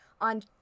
on